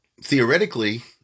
theoretically